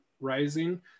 rising